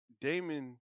Damon